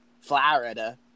Florida